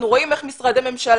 אנחנו רואים איך משרדי ממשלה,